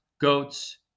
goats